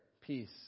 peace